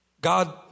God